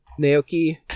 Naoki